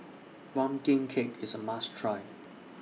Pumpkin Cake IS A must Try